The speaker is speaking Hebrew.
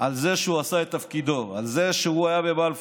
על זה שהוא עשה את תפקידו, על זה שהוא היה בבלפור,